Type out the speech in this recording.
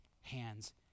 hands